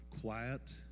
Quiet